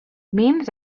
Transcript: memes